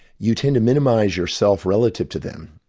you tend to minimise yourself relative to them.